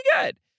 good